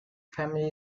family